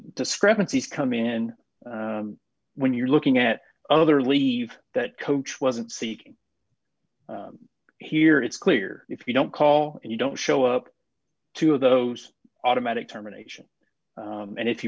discrepancies come in and when you're looking at other leave that coach wasn't seeking here it's clear if you don't call and you don't show up two of those automatic terminations and if you